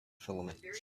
filament